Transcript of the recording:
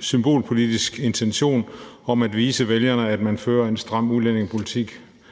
symbolpolitisk intention om at vise vælgerne, at man fører en stram udlændingepolitik.